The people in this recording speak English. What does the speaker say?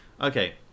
Okay